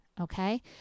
Okay